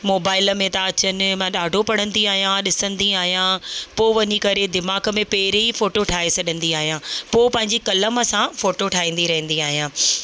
mobile में था अचनि मां ॾाढो पढ़ंदी आहियां ॾिसंदी आहियां पोइ वञी करे दिमाग़ में पहिरियों ई फोटो ठाहे छॾंदी आहियां पोइ पंहिंजी कलम सां फोटो ठाहींदी रहंदी आहियां